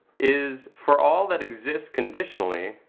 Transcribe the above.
is, for all that exists conditionally,